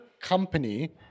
company